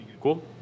Cool